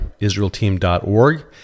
IsraelTeam.org